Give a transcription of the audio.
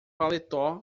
paletó